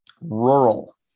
rural